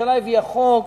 הממשלה הביאה חוק